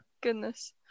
goodness